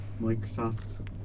Microsofts